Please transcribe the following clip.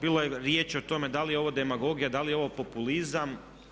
Bilo je riječi o tome da li je ovo demagogija, da li je ovo populizam.